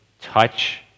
touch